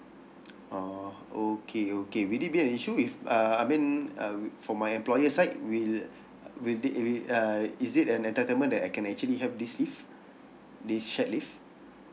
oh okay okay will that be an issue if uh I mean uh for my employer side will uh will they will uh is it an entitlement that I can actually have this leave this shared leave